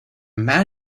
man